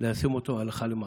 ליישם אותו הלכה למעשה.